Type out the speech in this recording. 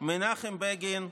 מנחם בגין,